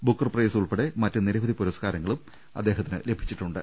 Booker prize ഉൾപ്പെടെ മറ്റ് നിര വധി പുരസ്കാരങ്ങളും അദ്ദേഹത്തിന് ലഭിച്ചിട്ടുണ്ട്